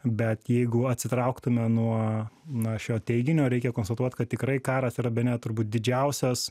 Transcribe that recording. bet jeigu atsitrauktume nuo na šio teiginio reikia konstatuot kad tikrai karas yra bene turbūt didžiausias